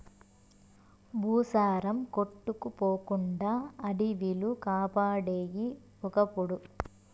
భూసారం కొట్టుకుపోకుండా అడివిలు కాపాడేయి ఒకప్పుడు